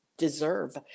deserve